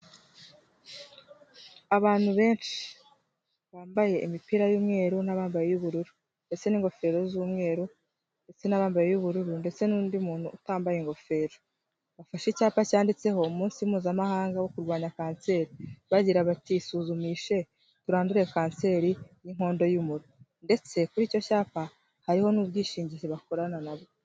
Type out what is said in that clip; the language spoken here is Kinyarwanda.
Abantu benshi bambaye imipira y'umweru n'abambaye iy'ubururu ndetse n'ingofero z'umweru, ndetse n'abambaye iy'ubururu ndetse n'undi muntu utambaye ingofero. Bafashe icyapa cyanditseho umunsi mpuzamahanga wo kurwanya kanseri, bagira bati: isuzumishe, turandure kanseri y'inkondo y'umuru. Ndetse kuri icyo cyapa hariho n'ubwishingizi bakorana na bwo.